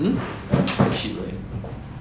it's not cheap right